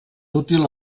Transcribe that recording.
útil